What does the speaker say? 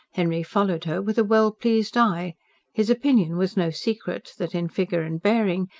henry followed her with a well-pleased eye his opinion was no secret that, in figure and bearing,